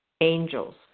angels